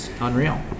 Unreal